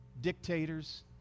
dictators